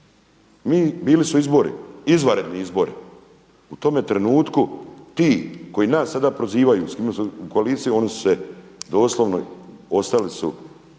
Bili su izbori, izvanredni izbori, u tome trenutku ti koji nas sada prozivaju u koaliciji oni su se doslovno izgubili su